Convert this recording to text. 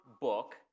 book